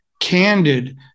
candid